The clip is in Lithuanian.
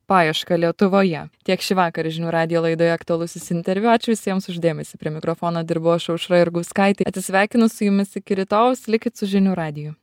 paiešką lietuvoje tiek šįvakar žinių radijo laidoje aktualusis interviu ačiū visiems už dėmesį prie mikrofono dirbau aš aušra jurgauskaitė atsisveikinu su jumis iki rytojaus likit su žinių radiju